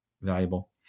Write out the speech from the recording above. valuable